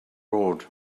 road